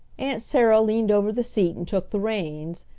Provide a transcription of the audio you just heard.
aunt sarah leaned over the seat and took the reins,